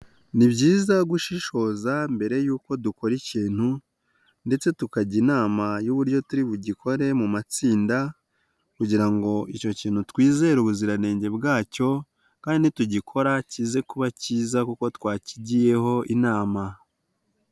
Ni byiza gushishoza mbere yuko dukora ikintu ndetse tukajya inama y'uburyo turi bugikore mu matsinda kugira ngo icyo kintu twizere ubuziranenge bwacyo kandi nitugikora kize kuba kiza kuko twakigiyeho inama.